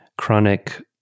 chronic